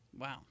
Wow